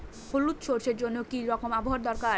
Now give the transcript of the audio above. হলুদ সরষে জন্য কি রকম আবহাওয়ার দরকার?